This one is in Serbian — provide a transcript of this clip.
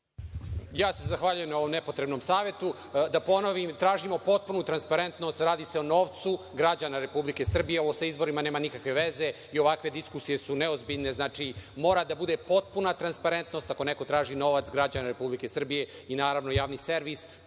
Ja se zahvaljujem na ovom nepotrebnom savetu. Da ponovim, tražimo potpunu transparentnost, radi se o novcu građana Republike Srbije. Ovo sa izborima nema nikakve veze i ovakve diskusije su neozbiljne. Znači, mora da bude potpuna transparentnost ako neko traži novac građana Republike Srbije, i naravno, javni servis